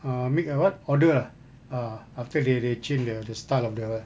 uh make a what order ah ah after they they change the the style of the